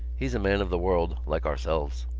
he's a man of the world like ourselves.